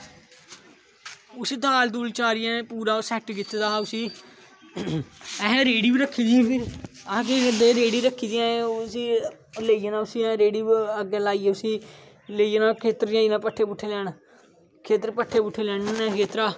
उसी दाल दोल चारियै पूरा सैट कीते दा हा उसी असें रेडी बी रक्खी दी ही फिर अस केह् करदे हे रैडी रक्खी दी असें उसी लेई जाना उसी रेडी उप्पर अग्गै लाइयै उसी लेई जाना खेतरें लेई जाना पट्ठे पुट्ठे लैन खेतर पट्ठे पुट्ठे लेई आने होने खेतरा